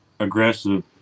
aggressive